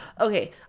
okay